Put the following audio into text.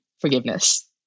forgiveness